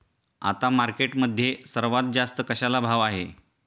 आता मार्केटमध्ये सर्वात जास्त कशाला भाव आहे?